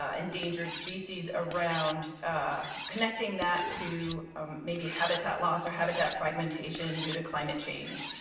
ah endangered species around connecting that to maybe habitat loss or habitat fragmentation due to climate change,